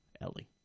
Ellie